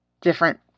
Different